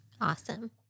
Awesome